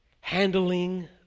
handling